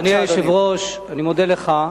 אדוני היושב-ראש, אני מודה לך.